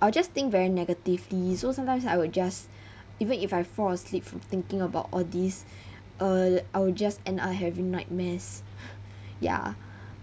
I'll just think very negatively so sometimes I will just even if I fall asleep from thinking about all these uh I will just end up having nightmares ya